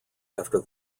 after